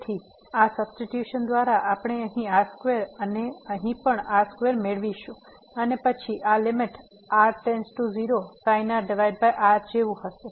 તેથી આ સબસ્ટીટ્યુશન દ્વારા આપણે અહીં r2 અને અહીં પણ આ r2 મેળવીશું અને પછી આ sin r r જેવું હશે